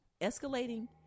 escalating